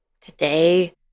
today